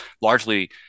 largely